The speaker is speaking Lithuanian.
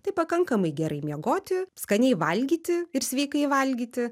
tai pakankamai gerai miegoti skaniai valgyti ir sveikai valgyti